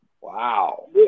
Wow